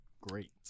Great